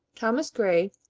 thomas gray,